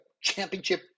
championship